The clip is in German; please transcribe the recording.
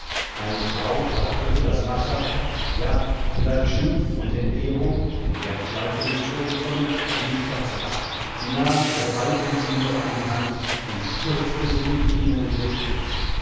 eine frau wartete das massacre ja vielleicht schimpf und entehrung denn dergleichen ist vorgekommen nicht erst ab sie nahm ihre beiden kinder an die hand und stürzte sich mit ihnen in den fluß